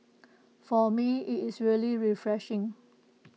for me IT is really refreshing